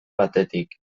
batetik